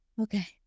okay